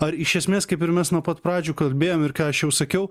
ar iš esmės kaip ir mes nuo pat pradžių kalbėjom ir ką aš jau sakiau